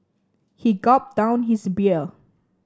he gulped down his beer